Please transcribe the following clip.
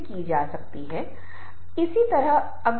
हो सकता है कि आप बाद में अपना दिमाग बदल देंगे